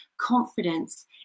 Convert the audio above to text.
confidence